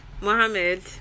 Mohammed